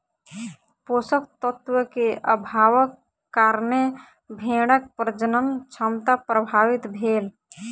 पोषक तत्व के अभावक कारणें भेड़क प्रजनन क्षमता प्रभावित भेल